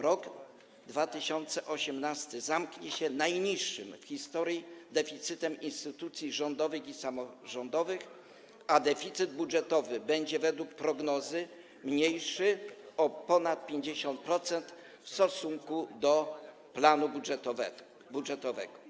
Rok 2018 zamknie się najniższym w historii deficytem instytucji rządowych i samorządowych, a deficyt budżetowy będzie, według prognozy, mniejszy o ponad 50% w stosunku do planu budżetowego.